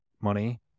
money